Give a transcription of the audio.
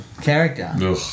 character